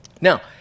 now